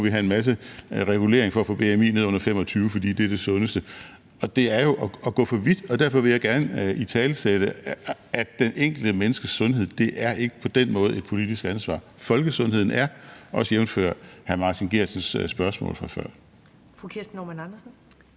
vi have en masse regulering for at få bmi ned under 25, fordi det er det sundeste. Det er jo at gå for vidt, og derfor vil jeg gerne italesætte, at det enkelte menneskes sundhed ikke på den måde er et politisk ansvar; det er folkesundheden, også jævnfør hr. Martin Geertsens spørgsmål fra før. Kl. 21:31 Første